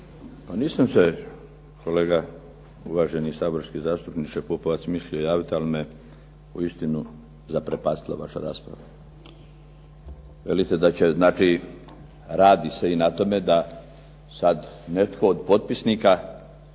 Pa nisam se kolega uvaženi saborski zastupniče Pupovac mislio javiti ali me u istinu zaprepastila vaša rasprava. Veli te da će znači radi se i na tome da sada netko od potpisnika